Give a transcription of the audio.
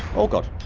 oh god